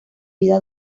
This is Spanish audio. vida